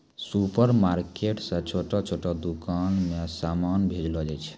supermarket से छोटो छोटो दुकान मे समान भेजलो जाय छै